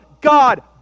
God